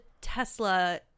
Tesla